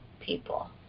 people